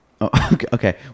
Okay